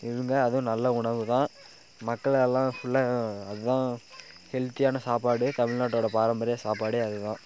இருங்கள் அதுவும் நல்ல உணவுதான் மக்களையெல்லாம் ஃபுல்லாக அதுதான் ஹெல்தியான சாப்பாடு தமிழ்நாட்டோட பாரம்பரிய சாப்பாடே அதுதான்